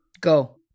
Go